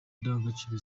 indangagaciro